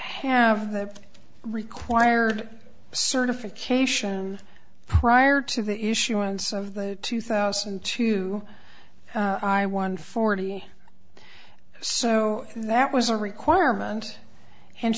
have the required certification prior to the issuance of the two thousand and two i one forty so that was a requirement and